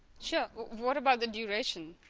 sure what about the duration